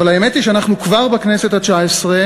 אבל האמת היא שאנחנו כבר בכנסת התשע-עשרה